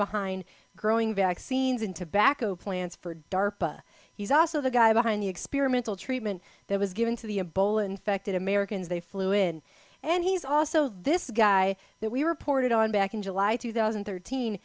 behind growing vaccines in tobacco plants for darpa he's also the guy behind the experimental treatment that was given to the a bowl infected americans they flew in and he's also this guy that we reported on back in july two thousand and thirteen